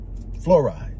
fluoride